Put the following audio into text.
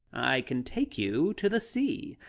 i can take you to the sea.